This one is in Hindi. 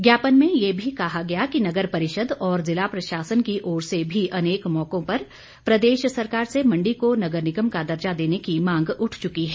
ज्ञापन में ये भी कहा गया कि नगर परिषद और जिला प्रशासन की ओर से भी अनेक मौकों पर प्रदेश सरकार से मण्डी को नगर निगम का दर्जा देने की मांग उठ चुकी है